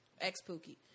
ex-Pookie